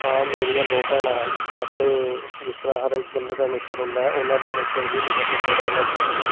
ਹਾਂ ਮੇਰੀਆਂ ਦੋ ਭੈਣਾਂ ਹਨ ਅਤੇ ਜਿਸ ਤਰ੍ਹਾਂ ਹਰ ਇੱਕ ਬੰਦੇ ਦਾ ਨੇਚਰ ਹੁੰਦਾ ਉਹਨਾਂ ਦਾ ਨੇਚਰ ਵੀ ਮੇਰੇ ਤੋਂ ਥੋੜ੍ਹਾ ਅਲੱਗ ਹੈ